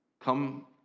come